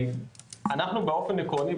אנחנו באופן עקרוני,